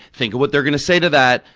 think of what they're going to say to that.